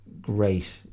great